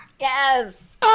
Yes